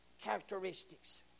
characteristics